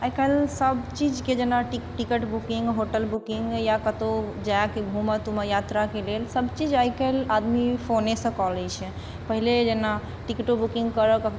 आइ कल्हि सभचीज के जेना टिकट बुकिंग होटल बुकिंग या कतौ जायके घुमऽ तुमऽ यात्राके लेल सभचीज आइ कल्हि आदमी फोने सँ करै छै पहिले जेना टिकटो बुकिंग करऽ के